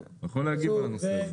הוא יכול להגיד לנו.